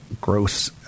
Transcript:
gross